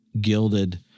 gilded